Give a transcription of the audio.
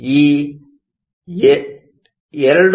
ಈ 2